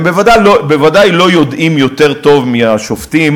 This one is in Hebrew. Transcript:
הם בוודאי לא יודעים יותר טוב מהשופטים,